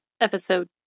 episode